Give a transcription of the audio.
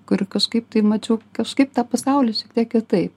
kuri kažkaip tai mačiau kažkaip tą pasaulį šiek tiek kitaip